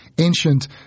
Ancient